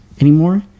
anymore